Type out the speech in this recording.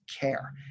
care